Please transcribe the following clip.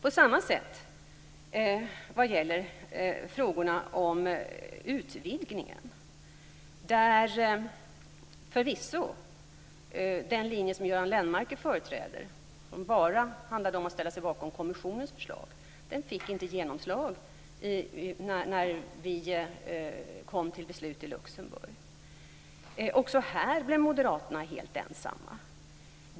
På samma sätt uppträder Göran Lennmarker när det gäller frågorna om utvidgningen, där förvisso den linje som Göran Lennmarker företräder, som bara handlar om att ställa sig bakom kommissionens förslag, inte fick genomslag när vi kom till beslut i Luxemburg. Också i fråga om detta blev Moderaterna helt ensamma.